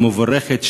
המבורכת,